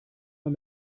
man